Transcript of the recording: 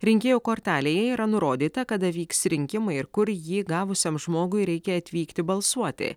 rinkėjo kortelėje yra nurodyta kada vyks rinkimai ir kur jį gavusiam žmogui reikia atvykti balsuoti